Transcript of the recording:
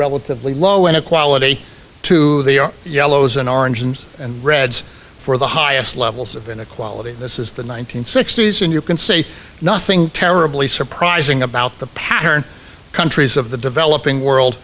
relatively low inequality to the yellows and oranges and reds for the highest levels of inequality this is the one nine hundred sixty s and you can say nothing terribly surprising about the pattern countries of the developing world